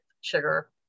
sugar